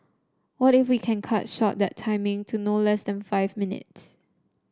what if we can cut short that timing to less than five minutes